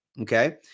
Okay